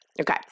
Okay